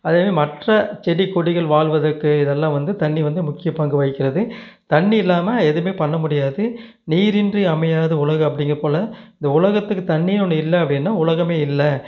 அதையே மற்ற செடி கொடிகள் வாழ்வதற்கு இதெல்லாம் வந்து தண்ணி வந்து முக்கிய பங்கு வகிக்கிறது தண்ணி இல்லாமல் எதுவுமே பண்ண முடியாது நீர் இன்றி அமையாது உலகு அப்படிங்க போல் இந்த உலகத்துக்கு தண்ணி ஒன்று இல்லை அப்படின்னா உலகம் இல்லை